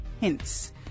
hints